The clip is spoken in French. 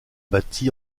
bâtie